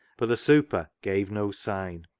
but the super gave no sign.